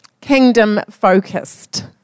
kingdom-focused